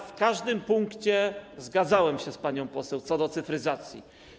że w każdym punkcie zgadzałem się z panią poseł co do cyfryzacji.